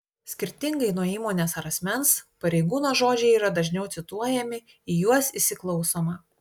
skirtingai nuo įmonės ar asmens pareigūno žodžiai yra dažniau cituojami į juos įsiklausoma